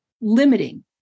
limiting